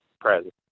present